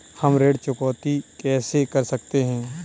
हम ऋण चुकौती कैसे कर सकते हैं?